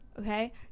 okay